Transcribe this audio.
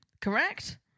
correct